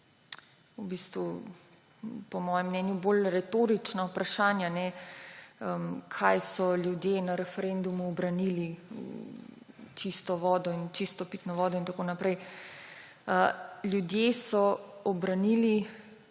slišali po mojem mnenju bolj retorična vprašanja, kaj so ljudje na referendumu obranili, čisto pitno vodo in tako naprej. Ljudje so na